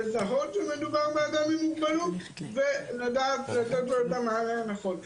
לזהות שמדובר באדם עם מוגבלות ולדעת לתת לו את המענה הנכון.